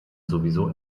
sowieso